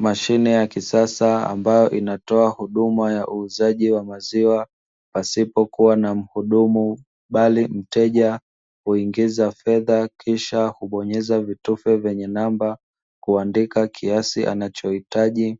Mashine ya kisasa ambayo inatoa huduma ya uuzaji wa maziwa, pasipokuwa na mhudumu bali mteja huingiza fedha kisha hubonyeza vitufe vyenye namba, kuandika kiasi anachohitaji